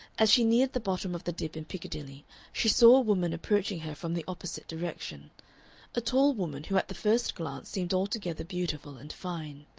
as she neared the bottom of the dip in piccadilly she saw a woman approaching her from the opposite direction a tall woman who at the first glance seemed altogether beautiful and fine.